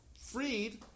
freed